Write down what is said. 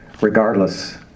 regardless